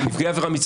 עבירה,